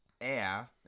air